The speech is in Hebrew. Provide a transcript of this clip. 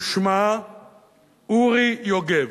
ששמה אוּרי יוגב.